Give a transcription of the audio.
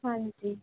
ਹਾਂਜੀ